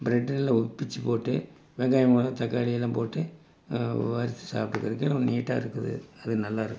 bread எல்லாம் பிச்சு போட்டு வெங்காயம் மிளகா தக்காளியெல்லாம் போட்டு வறுத்து சாப்பிட்டுக்கறக்கு நீட்டாக இருக்குது அது நல்லாயிருக்கும்